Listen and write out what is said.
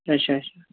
اچھا اچھا